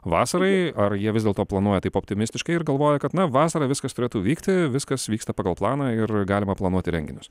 vasarai ar jie vis dėlto planuoja taip optimistiškai ir galvoja kad na vasarą viskas turėtų vykti viskas vyksta pagal planą ir galima planuoti renginius